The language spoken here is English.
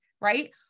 right